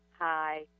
Hi